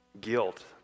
guilt